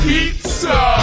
Pizza